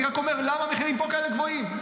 אני רק אומר למה המחירים פה כאלה גבוהים.